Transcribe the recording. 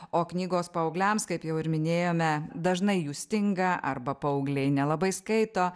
o knygos paaugliams kaip jau ir minėjome dažnai jų stinga arba paaugliai nelabai skaito